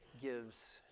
gives